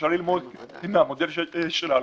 אפשר ללמוד מהמודל של האלכוהול,